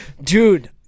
Dude